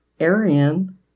Aryan